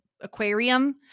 aquarium